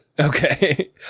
Okay